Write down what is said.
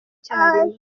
icyarimwe